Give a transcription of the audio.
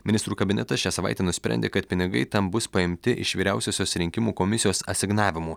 ministrų kabinetas šią savaitę nusprendė kad pinigai tam bus paimti iš vyriausiosios rinkimų komisijos asignavimų